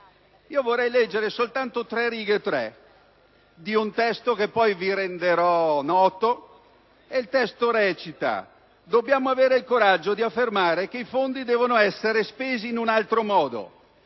Io vorrei leggere alcune righe di un testo, che poi vi renderò noto, che così recita: «Dobbiamo avere il coraggio di affermare che i fondi devono essere spesi in un altro modo.